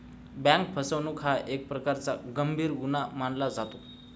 bank फसवणूक हा एक प्रकारचा गंभीर गुन्हा मानला जातो